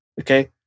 okay